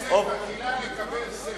הכנסת מתחילה לקבל שכל.